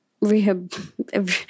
rehab